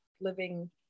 living